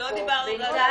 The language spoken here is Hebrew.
עזבי